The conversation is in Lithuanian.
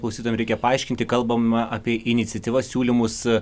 klausytojam reikia paaiškinti kalbama apie iniciatyvas siūlymus